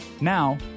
Now